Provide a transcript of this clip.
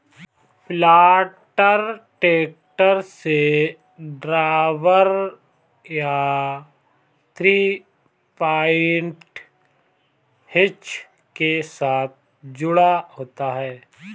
planter tractor से drawbar या three point hitch के साथ जुड़ा होता है